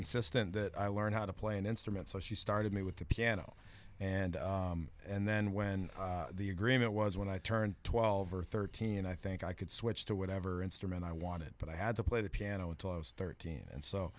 insistent that i learn how to play an instrument so she started me with the piano and and then when the agreement was when i turned twelve or thirteen i think i could switch to whatever instrument i wanted but i had to play the piano until i was thirteen and so